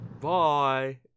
Bye